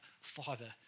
father